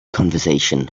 conversation